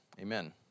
amen